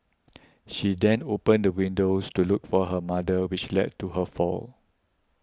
she then opened the windows to look for her mother which led to her fall